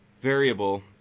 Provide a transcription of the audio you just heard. variable